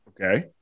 Okay